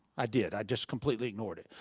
i did. i just completely ignored it.